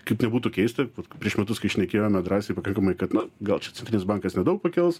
naip nebūtų keista prieš metus kai šnekėjome drąsiai pakankamai kad nu gal čia centrinis bankas nedaug pakels